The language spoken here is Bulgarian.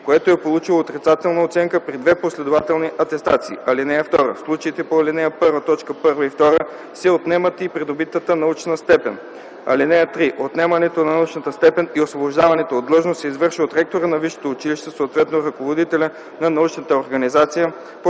което е получило отрицателна оценка при две последователни атестации. (2) В случаите по ал. 1, точки 1 и 2 се отнема и придобитата научна степен. (3) Отнемането на научна степен и освобождаването от длъжност се извършва от ректора на висшето училище, съответно – ръководителя на научната организация, по